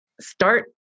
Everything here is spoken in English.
start